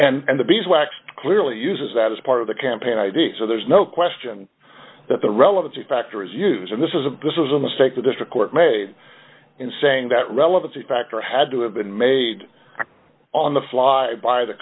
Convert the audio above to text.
ford and the bees wax clearly uses that as part of the campaign id so there's no question that the relevancy factor is use and this is a this is a mistake that this record made in saying that relevancy factor had to have been made on the fly by the